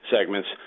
segments